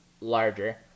larger